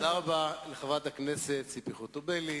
תודה רבה לחברת הכנסת ציפי חוטובלי.